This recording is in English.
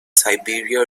siberia